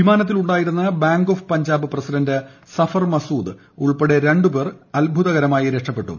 വിമാനത്തിലുണ്ടായിരുന്ന bank of Punjab president Zafar Masood ഉൾപ്പെടെ രണ്ടുപേർ അത്ഭുതകരമായി രക്ഷപ്പെട്ടു